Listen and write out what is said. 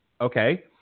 Okay